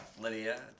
Lydia